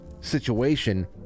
situation